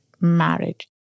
marriage